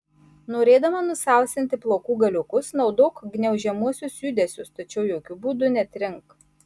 norėdama nusausinti plaukų galiukus naudok gniaužiamuosius judesius tačiau jokiu būdu netrink